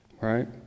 Right